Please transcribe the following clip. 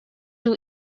two